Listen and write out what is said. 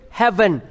heaven